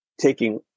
taking